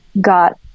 got